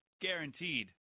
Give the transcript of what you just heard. Guaranteed